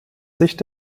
sicht